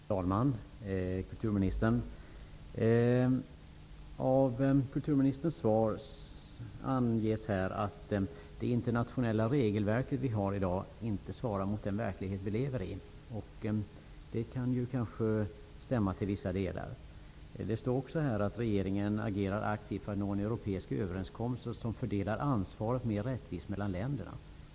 Fru talman! Fru kulturminister! I kulturministerns svar anges att det internationella regelverk som vi har i dag inte svarar mot den verklighet som vi lever i. Detta kan kanske till vissa delar stämma. Det står också i svaret att regeringen agerar aktivt för en europeisk överenskommelse som fördelar ansvaret mer rättvist mellan länderna.